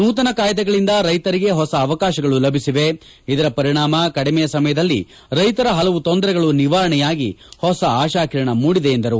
ನೂತನ ಕಾಯ್ದೆಗಳಿಂದ ರೈತರಿಗೆ ಹೊಸ ಅವಕಾಶಗಳು ಲಭಿಸಿವೆ ಇದರ ಪರಿಣಾಮ ಕಡಿಮೆ ಸಮಯದಲ್ಲಿ ರೈತರ ಹಲವು ತೊಂದರೆಗಳು ನಿವಾರಣೆಯಾಗಿ ಹೊಸ ಆತಾ ಕಿರಣ ಮೂಡಿದೆ ಎಂದರು